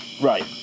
Right